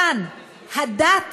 כאן הדת